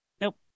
Nope